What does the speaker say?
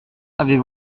avait